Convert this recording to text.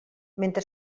mentre